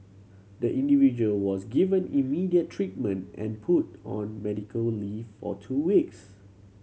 the individual was given immediate treatment and put on medical leave or two weeks